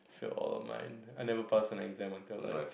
fail all of my I never pass on my exam until I